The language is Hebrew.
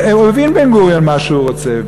הוא הבין, בן-גוריון, מה שהוא רוצה.